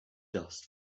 dust